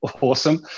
awesome